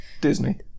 Disney